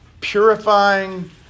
purifying